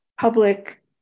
public